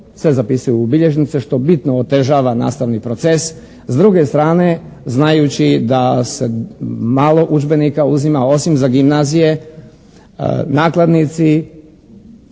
si zapisuju u bilježnice, što bitno otežava nastavni proces. S druge strane znajući da se malo udžbenika uzima, osim za gimnazije nakladnici